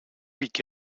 week